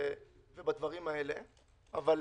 כמו